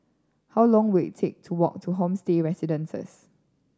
how long will it take to walk to Homestay Residences